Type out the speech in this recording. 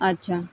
আচ্ছা